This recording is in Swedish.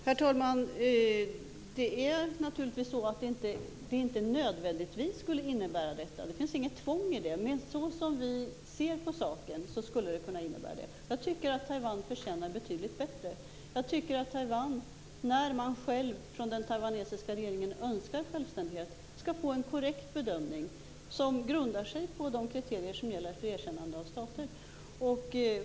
Herr talman! Det är naturligtvis så att det inte nödvändigtvis skulle innebära detta. Det finns inget tvång i det. Men så som vi ser på saken skulle det kunna innebära det. Jag tycker att Taiwan förtjänar betydligt bättre. Jag tycker att Taiwan, när man själv från den taiwanesiska regeringen önskar självständighet, skall få en korrekt bedömning som grundar sig på de kriterier som gäller för erkännande av stater.